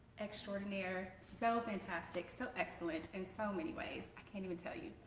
extraordinaire. so fantastic, so excellent. in so many ways can't even tell you.